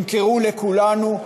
ימכרו לכולנו,